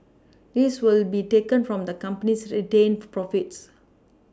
this will be taken from the company's retained profits